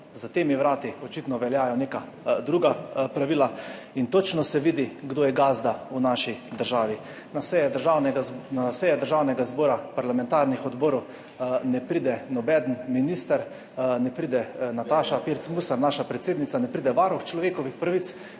Za temi vrati očitno veljajo neka druga pravila in točno se vidi, kdo je gazda v naši državi. Na seje Državnega zbora, parlamentarnih odborov, ne pride noben minister, ne pride Nataša Pirc Musar, naša predsednica, ne pride varuh človekovih pravic,